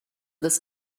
this